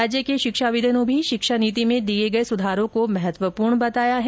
राज्य के शिक्षाविदो ने भी शिक्षा नीति में दिए गए सुधारों को महत्वपूर्ण बताया है